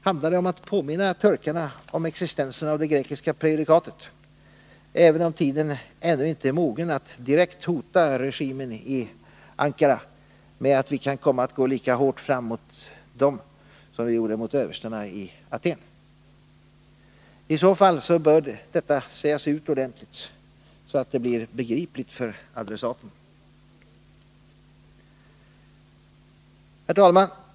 Handlar det om att påminna turkarna om existensen av det grekiska prejudikatet, även om tiden ännu inte är mogen att direkt hota regimen i Ankara med att vi kan komma att gå lika hårt fram mot den som vi gjorde mot överstarna i Aten? I så fall bör detta sägas ut ordentligt, så att det blir begripligt för adressaten. Herr talman!